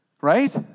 Right